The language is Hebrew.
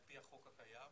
על-פי החוק הקיים.